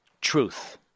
truth